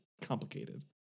complicated